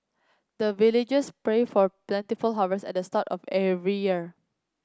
the villagers pray for plentiful harvest at start of every year